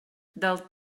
del